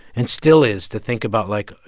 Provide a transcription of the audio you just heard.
and still is, to think about, like,